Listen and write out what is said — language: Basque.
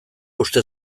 uste